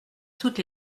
toutes